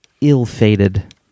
ill-fated